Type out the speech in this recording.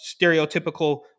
stereotypical